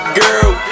girl